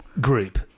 group